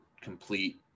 complete